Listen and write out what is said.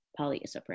polyisoprene